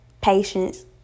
patience